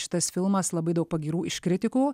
šitas filmas labai daug pagyrų iš kritikų